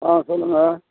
ஆ சொல்லுங்கள்